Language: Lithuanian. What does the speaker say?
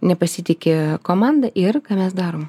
nepasitiki komanda ir ką mes darom